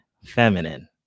feminine